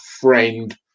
friend